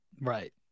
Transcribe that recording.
Right